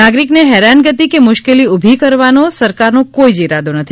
નાગરિકને હેરાનગતિ કે મુશ્કેલી ઉભી કરવાનો સરકારનો કોઇ જ ઇરાદો નથી